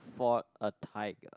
fought a tiger